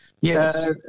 Yes